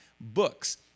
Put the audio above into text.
books